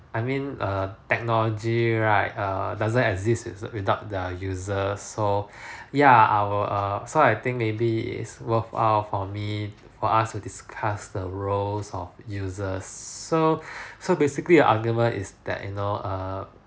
I mean err technology right err doesn't exist is without the user so ya our err so I think maybe is worth out for me for us to discuss the roles of users so so basically your argument is that you know err